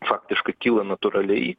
faktiškai kyla natūraliai